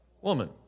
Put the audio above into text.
Woman